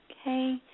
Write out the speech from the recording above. Okay